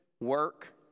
work